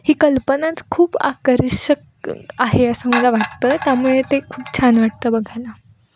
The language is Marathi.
ही कल्पनाच खूप आकर्षक आहे असं मला वाटतं त्यामुळे ते खूप छान वाटतं बघायला